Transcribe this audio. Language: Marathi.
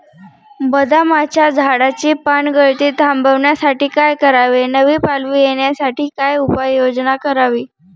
बदामाच्या झाडाची पानगळती थांबवण्यासाठी काय करावे? नवी पालवी येण्यासाठी काय उपाययोजना करावी?